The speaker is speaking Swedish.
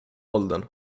åldern